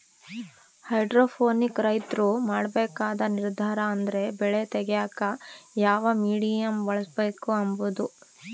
hydroponic ರೈತ್ರು ಮಾಡ್ಬೇಕಾದ ನಿರ್ದಾರ ಅಂದ್ರ ಬೆಳೆ ತೆಗ್ಯೇಕ ಯಾವ ಮೀಡಿಯಮ್ ಬಳುಸ್ಬಕು ಅಂಬದು